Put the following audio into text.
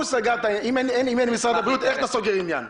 אם אין משרד הבריאות, איך אתה סוגר עניין?